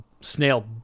snail